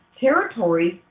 Territories